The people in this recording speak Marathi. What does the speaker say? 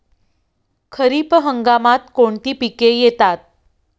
खरीप हंगामात कोणती पिके येतात?